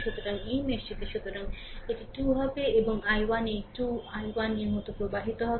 সুতরাং এই মেশটিতে সুতরাং এটি 2 হবে এবং i1 এই 2 i 1 এর মতো প্রবাহিত হবে